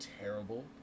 terrible